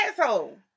asshole